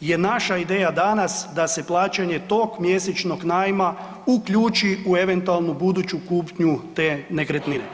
je naša ideja danas da se plaćanje tog mjesečnog najma uključi u eventualnu buduću kupnju te nekretnine.